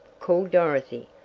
called dorothy,